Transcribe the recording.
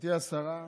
גברתי השרה,